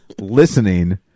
listening